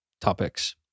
topics